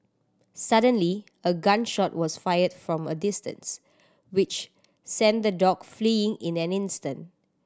suddenly a gun shot was fired from a distance which sent the dog fleeing in an instant